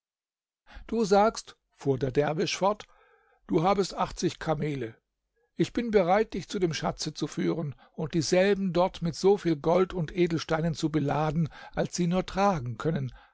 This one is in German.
du sagst fuhr der derwisch fort du habest achtzig kamele ich bin bereit dich zu dem schatze zu führen und dieselben dort mit so viel gold und edelsteinen zu beladen als sie nur tragen können